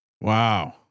Wow